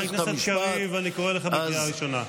חבר הכנסת קריב, אני קורא אותך קריאה ראשונה.